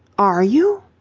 are you?